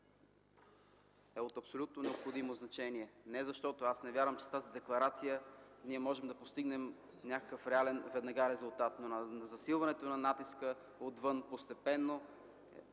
е от абсолютно необходимо значение не защото не вярвам, че с тази декларация можем да постигнем някакъв реален резултат, но засилването на натиска отвън постепенно,